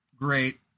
great